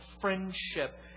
friendship